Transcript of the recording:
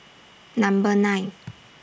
Number nine